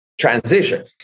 transition